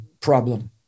problem